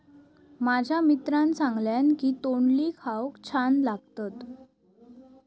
माझ्या मित्रान सांगल्यान की तोंडली खाऊक छान लागतत